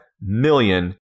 million